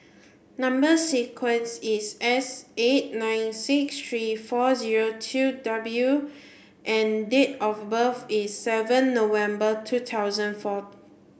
number sequence is S eight nine six three four zero two W and date of birth is seven November two thousand four